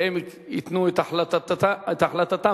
והם ייתנו את החלטתם.